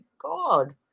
God